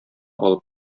алып